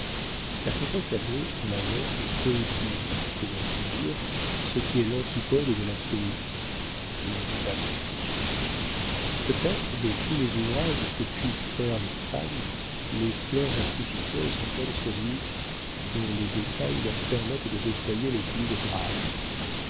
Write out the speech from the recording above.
la comtesse avait à la longue poétisé pour ainsi dire ce qui est l'antipode de la poésie une fabrique peut-être de tous les ouvrages que puissent faire les femmes les fleurs artificielles sont-elles celui dont les détails leur permettent de déployer le plus de grâces